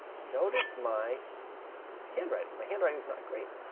notice my handwriting. my handwriting is not great.